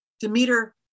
Demeter